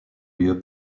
lieu